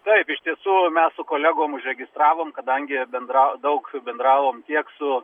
taip iš tiesų mes su kolegom užregistravom kadangi bendra daug bendravom tiek su